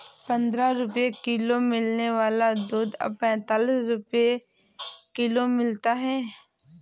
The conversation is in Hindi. पंद्रह रुपए किलो मिलने वाला दूध अब पैंतालीस रुपए किलो मिलता है